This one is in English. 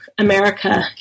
America